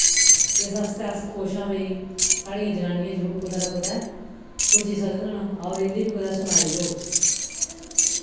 इस आस्तै अस खुश आं भई साढ़ियां जनानियां जरूर कुतै ना कुतै पुज्जी सकङन और इं'दी बी कुतै सुनाई होग